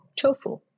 tofu